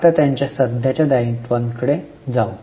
आता त्यांच्या सध्याच्या दायित्वांकडे जाऊ